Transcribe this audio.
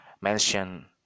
mention